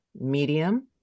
medium